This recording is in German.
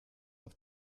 auf